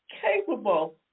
capable